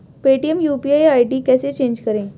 Paytm UPI ID कैसे change करें?